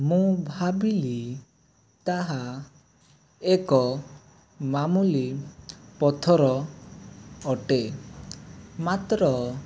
ମୁଁ ଭାବିଲି ତାହା ଏକ ମାମୁଲି ମାମୁଲି ପଥର ଅଟେ ମାତ୍ର